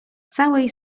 całej